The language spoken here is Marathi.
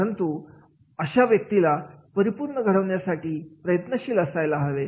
परंतु आपण अशा व्यक्तीला परिपूर्ण घडवण्यासाठी प्रयत्नशील असायला हवे